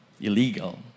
illegal